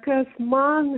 kas man